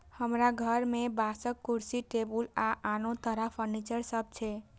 हमरा घर मे बांसक कुर्सी, टेबुल आ आनो तरह फर्नीचर सब छै